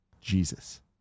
Jesus